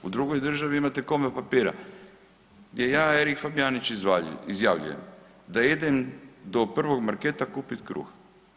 U drugoj državi imati komad papira gdje ja Erik Fabijanić izjavljujem da idem do prvog marketa kupiti kruh.